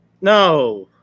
no